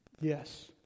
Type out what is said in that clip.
Yes